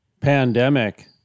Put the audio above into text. pandemic